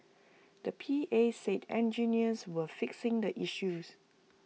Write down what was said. the P A said engineers were fixing the issues